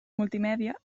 multimèdia